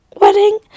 wedding